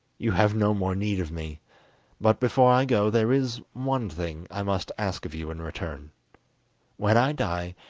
you have no more need of me but, before i go, there is one thing i must ask of you in return when i die,